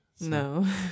No